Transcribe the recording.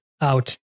out